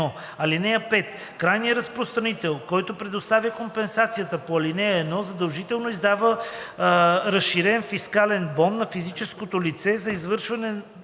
ал. 1. (5) Крайният разпространител, който предоставя компенсацията по ал. 1, задължително издава разширен фискален бон на физическото лице за извършената